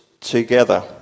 together